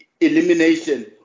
elimination